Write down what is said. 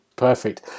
Perfect